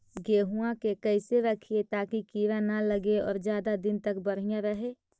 गेहुआ के कैसे रखिये ताकी कीड़ा न लगै और ज्यादा दिन तक बढ़िया रहै?